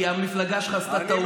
כי המפלגה שלך עשתה טעות,